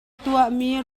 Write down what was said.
tuahmi